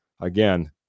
Again